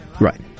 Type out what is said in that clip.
Right